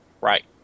right